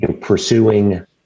pursuing